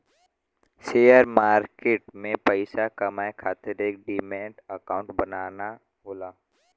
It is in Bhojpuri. शेयर मार्किट में पइसा कमाये खातिर एक डिमैट अकांउट बनाना होला